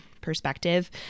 perspective